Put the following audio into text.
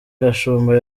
gashumba